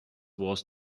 was